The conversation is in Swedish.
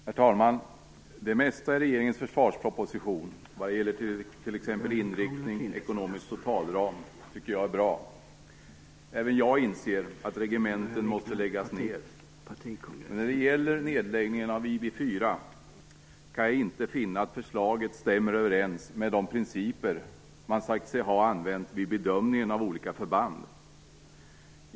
Herr talman! Det mesta i regeringens försvarsproposition vad gäller t.ex. inriktning, ekonomisk totalram tycker jag är bra. Även jag inser att regementen måste läggas ned. När det gäller nedläggningen av IB 4 kan jag inte finna att förslaget stämmer överens med de principer man sagt sig ha använt vid bedömningen av olika förband.